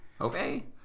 Okay